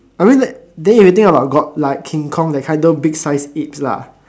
I mean then if you think about god like king kong that kind those big sized apes lah